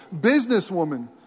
businesswoman